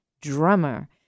drummer